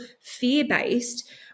fear-based